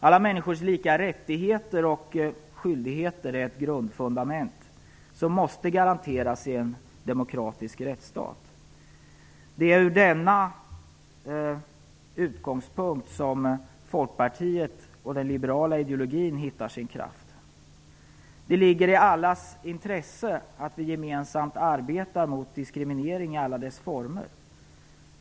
Alla människors lika rättigheter och skyldigheter är ett grundfundament som måste garanteras i en demokratisk rättsstat. Det är från denna utgångspunkt som Folkpartiet och den liberala ideologin hämtar sin kraft. Det ligger i allas intresse att vi gemensamt arbetar mot diskriminering i alla dess former.